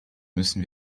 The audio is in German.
müssen